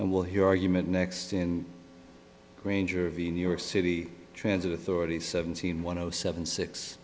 and we'll hear argument next in granger of the new york city transit authority seventeen one zero seven six